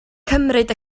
cymryd